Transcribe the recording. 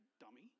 Dummy